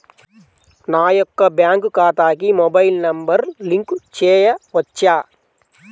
నా యొక్క బ్యాంక్ ఖాతాకి మొబైల్ నంబర్ లింక్ చేయవచ్చా?